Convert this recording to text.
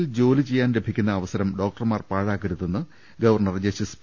ഗ്രാമങ്ങളിൽ ജോലി ചെയ്യാൻ ലഭിക്കുന്ന അവസരം ഡോക്ടർമാർ പാഴാക്കരുതെന്ന് ഗവർണർ ജസ്റ്റിസ് പി